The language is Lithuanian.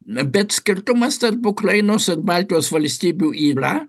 na bet skirtumas tarp ukrainos ir baltijos valstybių yra